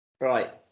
Right